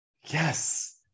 Yes